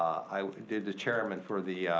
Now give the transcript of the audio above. i did the chairman for the